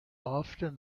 often